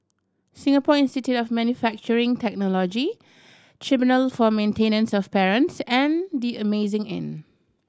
Singapore Institute of Manufacturing Technology Tribunal for Maintenance of Parents and The Amazing Inn